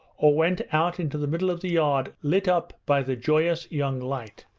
or went out into the middle of the yard lit up by the joyous young light,